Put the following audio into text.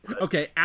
Okay